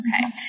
Okay